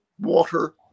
water